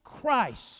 Christ